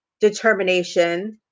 determination